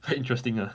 quite interesting ah